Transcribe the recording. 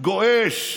גועש,